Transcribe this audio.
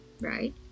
right